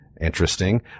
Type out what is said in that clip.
Interesting